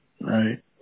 right